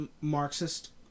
marxist